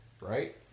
Right